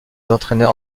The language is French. entraîneurs